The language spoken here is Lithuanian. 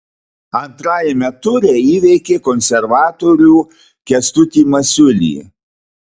antrajame ture įveikė konservatorių kęstutį masiulį